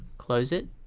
close it